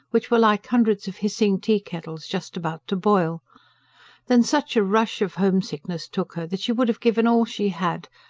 which were like hundreds of hissing tea-kettles just about to boil then such a rush of homesickness took her that she would have given all she had,